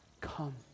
come